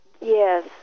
Yes